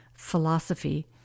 philosophy